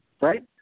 right